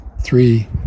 three